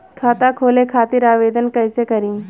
खाता खोले खातिर आवेदन कइसे करी?